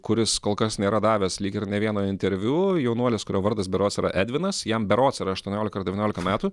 kuris kol kas nėra davęs lyg ir nė vieno interviu jaunuolis kurio vardas berods yra edvinas jam berods ar aštuoniolika ar devyniolika metų